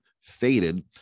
faded